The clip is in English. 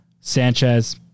Sanchez